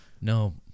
No